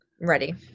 Ready